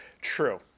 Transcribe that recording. True